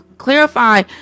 clarify